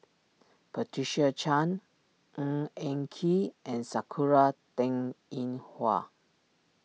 Patricia Chan Ng Eng Kee and Sakura Teng Ying Hua